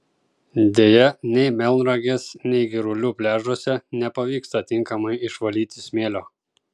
deja nei melnragės nei girulių pliažuose nepavyksta tinkamai išvalyti smėlio